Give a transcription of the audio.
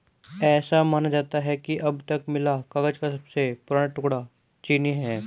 ऐसा माना जाता है कि अब तक मिला कागज का सबसे पुराना टुकड़ा चीनी है